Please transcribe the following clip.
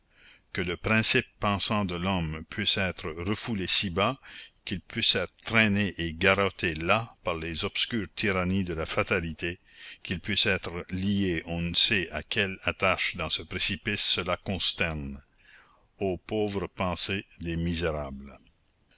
que le principe pensant de l'homme puisse être refoulé si bas qu'il puisse être traîné et garrotté là par les obscures tyrannies de la fatalité qu'il puisse être lié à on ne sait quelles attaches dans ce précipice cela consterne ô pauvre pensée des misérables